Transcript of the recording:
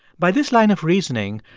by this line of reasoning,